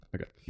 Okay